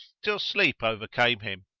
till sleep overcame him.